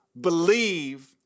believe